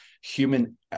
human